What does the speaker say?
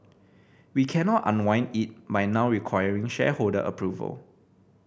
we cannot unwind it by now requiring shareholder approval